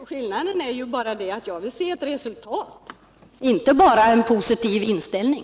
: Herr talman! Skillnaden är att jag vill se ett resultat, inte bara en positiv inställning.